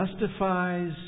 justifies